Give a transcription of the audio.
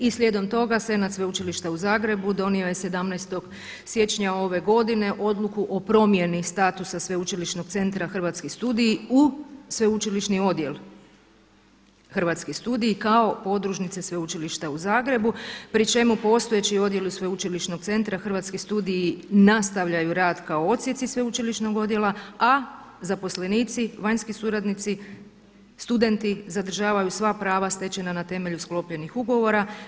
I slijedom toga Senat Sveučilišta u Zagrebu donio je 17. siječnja ove godine odluku o promjeni statusa Sveučilišnog centra Hrvatski studiji u Sveučilišni odjel Hrvatski studij kao podružnice Sveučilišta u Zagrebu pri čemu postojeći odjeli sveučilišnog centra Hrvatski studiji nastavljaju rad kao odsjeci sveučilišnog odjela, a zaposlenici, vanjski suradnici, studenti zadržavaju sva prava stečena na temelju sklopljenih ugovora.